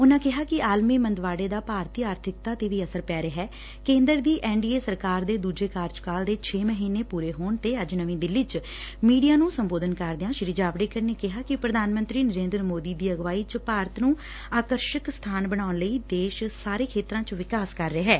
ਉਨਾਂ ਕਿਹਾ ਕਿ ਆਲਮੀ ਮੰਦਵਾੜੇ ਦਾ ਭਾਰਤੀ ਆਰਬਿਕਤਾ ਤੇ ਵੀ ਅਸਰ ਪੈ ਰਿਹੈ ਕੇਂਦਰ ਦੀ ਐਨ ਡੀ ਏ ਸਰਕਾਰ ਦੇ ਦੁਜੇ ਕਾਰਜਕਾਲ ਦੇ ਛੇ ਮਹੀਨੇ ਪੁਰੇ ਹੋਣ ਤੇ ਅੱਜ ਨਵੀਂ ਦਿਲੀ ਚ ਮੀਡੀਆ ਨੂੰ ਸੰਬੋਧਨ ਕਰਦਿਆਂ ਸ੍ਰੀ ਜਾਵੜੇਕਰ ਨੇ ਕਿਹਾ ਕਿ ਪ੍ਰਧਾਨ ਮੰਤਰੀ ਨਰੇ'ਦਰ ਮੋਦੀ ਦੀ ਅਗਵਾਈ 'ਚ ਭਾਰਤ ਨੰ ਆਕਰਸ਼ਨ ਸਬਾਨ ਬਣਾਉਣ ਲਈ ਦੇਸ਼ ਸਾਰੇ ਖੇਤਰਾਂ 'ਚ ਵਿਕਾਸ ਕਰ ਰਿਹੈ